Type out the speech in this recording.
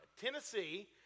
Tennessee